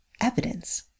evidence